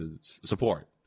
support